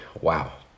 wow